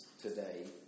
today